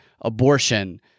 abortion